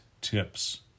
tips